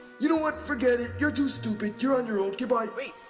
you know what, forget it. you're too stupid. you're on your own. goodbye. wait,